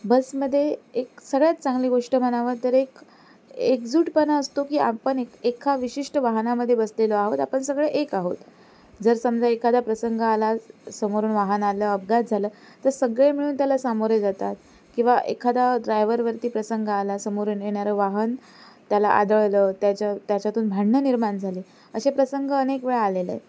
बसमध्ये एक सगळ्यात चांगली गोष्ट म्हणावं तर एक एकजुटपणा असतो की आपण एक एका विशिष्ट वाहनामध्ये बसलेलो आहोत आपण सगळे एक आहोत जर समजा एखादा प्रसंग आला समोरून वाहन आलं अपघात झालं तर सगळे मिळून त्याला सामोरे जातात किंवा एखादा ड्रायवरवरती प्रसंग आला समोरून येणारं वाहन त्याला आदळलं त्याच्या त्याच्यातून भांडणं निर्माण झाली असे प्रसंग अनेक वेळा आलेलं आहे